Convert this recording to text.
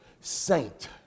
saint